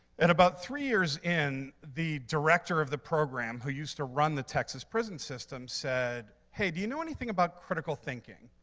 and about three years in, the director of the program, who used to run the texas prison system, said, hey, do you know anything about critical thinking?